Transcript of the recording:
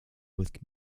with